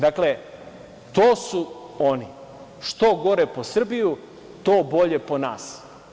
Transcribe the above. Dakle, to su oni, što gore po Srbiju to bolje po nas.